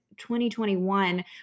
2021